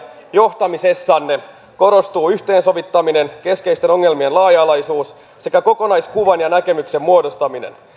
johtamisessanne korostuu yhteensovittaminen keskeisten ongelmien laaja alaisuus sekä kokonaiskuvan ja näkemyksen muodostaminen